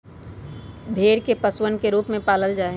भेड़ के पशुधन के रूप में पालल जा हई